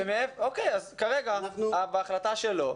אז כרגע, בהחלטה שלו,